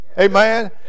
Amen